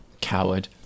Coward